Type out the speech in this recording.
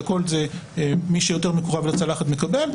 שהכול זה מי שיותר מקורב לצלחת מקבל,